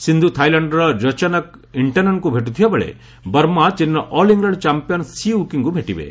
ସିନ୍ଧୁ ଥାଇଲାଣ୍ଡ୍ର ରଚାନକ ଇଷ୍ଟାନନ୍ଙ୍କୁ ଭେଟୁଥିବା ବେଳେ ବର୍ମା ଚୀନର ଅଲ୍ ଇଲଣ୍ଡ ଚମ୍ପିୟନ୍ ସି ୟୁକିଙ୍କୁ ଭେଟିବେ